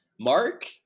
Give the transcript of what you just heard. Mark